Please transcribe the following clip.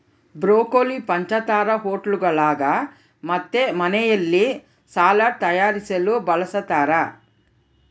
broccoli ಪಂಚತಾರಾ ಹೋಟೆಳ್ಗುಳಾಗ ಮತ್ತು ಮನೆಯಲ್ಲಿ ಸಲಾಡ್ ತಯಾರಿಸಲು ಬಳಸತಾರ